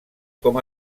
com